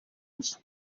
nzu